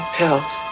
pills